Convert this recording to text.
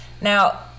now